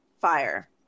fire